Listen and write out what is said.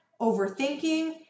overthinking